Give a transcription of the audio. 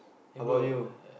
how about you